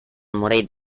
murid